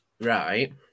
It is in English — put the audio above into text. Right